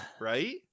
right